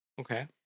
Okay